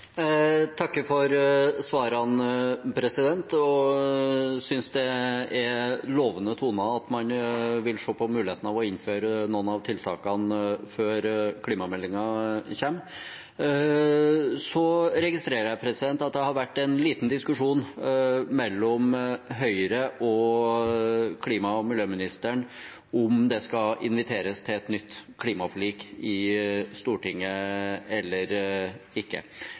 takker for svarene og synes det er lovende toner at man vil se på muligheten for å innføre noen av tiltakene før klimameldingen kommer. Jeg registrerer at det har vært en liten diskusjon mellom Høyre og klima- og miljøministeren om det skal inviteres til et nytt klimaforlik i Stortinget eller ikke.